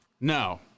No